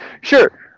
Sure